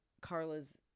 Carla's